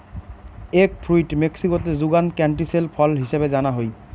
egg fruit মেক্সিকোতে যুগান canistel ফল হিছাবে জানা হই